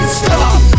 stop